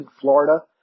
Florida